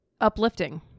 uplifting